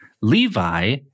Levi